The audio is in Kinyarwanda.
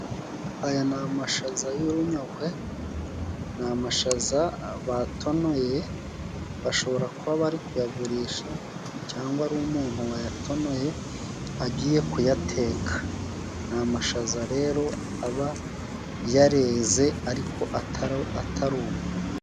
Aya ni amashaza y'urunyogwe, ni amashaza batonoye bashobora kuba bari kuyagurisha cyangwa ari umuntu wayatonoye agiye kuyateka ni amashaza rero aba yareze ariko ata ataruma